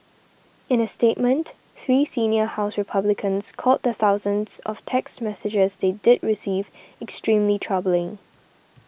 in a statement three senior House Republicans called the thousands of text messages they did receive extremely troubling